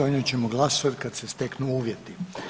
O njoj ćemo glasovati kada se steknu uvjeti.